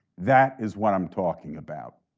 that is what i'm talking about.